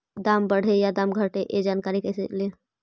दाम बढ़े या दाम घटे ए जानकारी कैसे ले?